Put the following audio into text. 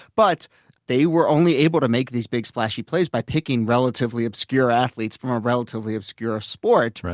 but they were only able to make these big splashy plays by picking relatively obscure athletes from a relatively obscure sport.